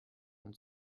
und